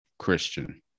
Christian